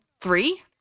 three